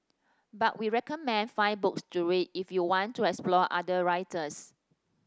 but we recommend five books to read if you want to explore other writers